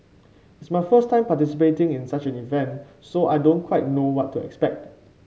it's my first time participating in such an event so I don't quite know what to expect